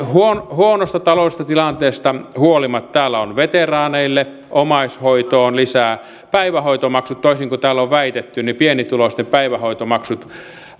huonosta taloudellisesta tilanteesta huolimatta veteraaneille omaishoitoon lisää ja toisin kuin on väitetty pienituloisten päivähoitomaksut